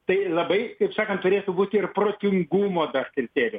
tai labai kaip sakant turėtų būti ir protingumo dar kriterijų